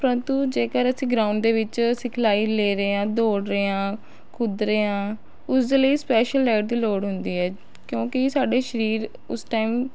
ਪਰੰਤੂ ਜੇਕਰ ਅਸੀ ਗਰਾਉਂਡ ਦੇ ਵਿੱਚ ਸਿਖਲਾਈ ਲੈ ਰਹੇ ਹਾਂ ਦੌੜ ਰਹੇ ਹਾਂ ਕੁੱਦ ਰਹੇ ਹਾਂ ਉਸਦੇ ਲਈ ਸਪੈਸ਼ਲ ਡਾਈਟ ਦੀ ਲੋੜ ਹੁੰਦੀ ਹੈ ਕਿਉਂਕਿ ਸਾਡੇ ਸਰੀਰ ਉਸ ਟਾਈਮ